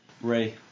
Ray